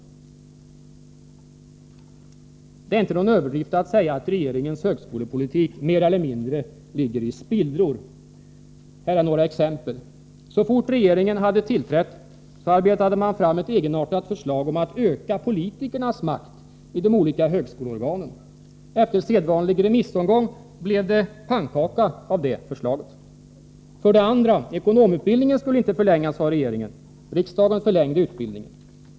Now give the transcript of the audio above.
Det är inte någon överdrift att säga att regeringens högskolepolitik mer eller mindre ligger i spillror. Här är några exempel: För det första: Så fort regeringen hade tillträtt arbetade man fram ett egenartat förslag om att öka politikernas makt i de olika högskoleorganen. Efter sedvanlig remissomgång blev det pannkaka av det förslaget. För det andra: Ekonomutbildningen skulle inte förlängas, sade regeringen. Riksdagen förlängde utbildningen.